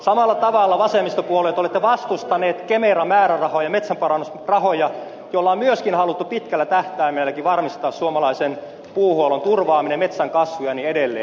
samalla tavalla vasemmistopuolueet olette vastustaneet kemera määrärahoja metsänparannusrahoja joilla on myöskin haluttu pitkällä tähtäimelläkin varmistaa suomalaisen puuhuollon turvaaminen metsän kasvu ja niin edelleen